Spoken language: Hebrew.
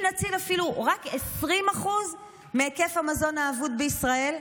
אם נציל אפילו רק 20% מהיקף המזון האבוד בישראל,